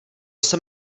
sem